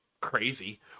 crazy